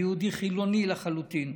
אני יהודי חילוני לחלוטין,